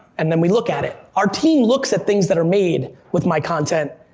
and then we look at it. our team looks at things that are made with my content,